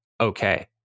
okay